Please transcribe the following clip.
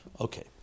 Okay